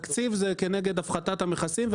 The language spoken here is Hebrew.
התקציב הוא כנגד הפחתת המכסים,